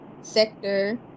sector